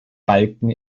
balken